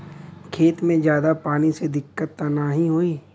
खेत में ज्यादा पानी से दिक्कत त नाही होई?